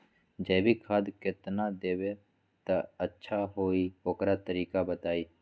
जैविक खाद केतना देब त अच्छा होइ ओकर तरीका बताई?